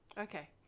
Okay